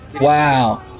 Wow